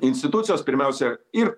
institucijos pirmiausia ir